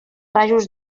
rajos